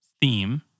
theme